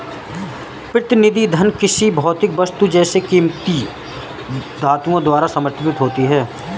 प्रतिनिधि धन किसी भौतिक वस्तु जैसे कीमती धातुओं द्वारा समर्थित होती है